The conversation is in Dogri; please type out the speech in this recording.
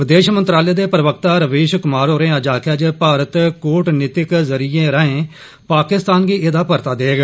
विदेश मंत्रालय दे प्रवक्ता रवीश कुमार होरें अज्ज आखेआ जे भारत कूटनीतिक जुरियें राएं पाकिस्तान गी एह्दा परता देग